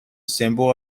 symbol